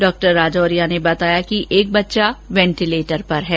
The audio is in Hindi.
डॉ राजौरिया ने बताया कि एक बच्चा वेंटिलेटर पर है